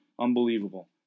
unbelievable